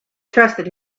trusted